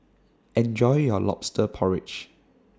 Enjoy your Lobster Porridge